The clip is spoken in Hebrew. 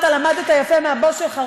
אתה למדת יפה מהבוס שלך,